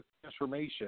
transformation